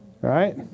Right